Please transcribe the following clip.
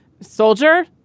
soldier